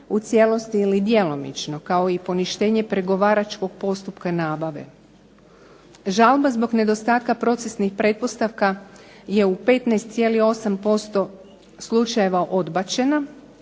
u cijelosti ili djelomično. Kao i poništenje pregovaračkog postupka nabave. Žalba zbog nedostatka procesnih pretpostavka je u 15,8% slučajeva odbačena.